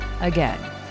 again